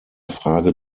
frage